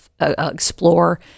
explore